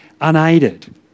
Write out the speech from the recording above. unaided